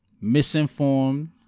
misinformed